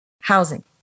housing